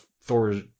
Thor